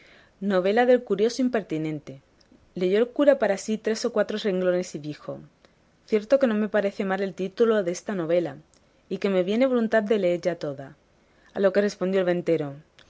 novela del curioso impertinente leyó el cura para sí tres o cuatro renglones y dijo cierto que no me parece mal el título desta novela y que me viene voluntad de leella toda a lo que respondió el ventero